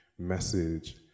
message